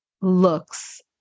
looks